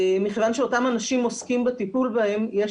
מכיוון שאותם אנשים עוסקים בטיפול בהם יש